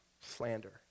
slander